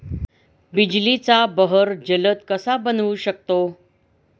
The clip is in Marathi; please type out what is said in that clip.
बिजलीचा बहर जलद कसा बनवू शकतो?